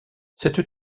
cette